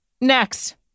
Next